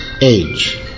age